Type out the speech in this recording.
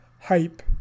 Hype